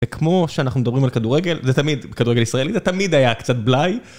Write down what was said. וכמו שאנחנו מדברים על כדורגל, זה תמיד כדורגל ישראלי, זה תמיד היה קצת בלאי.